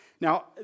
Now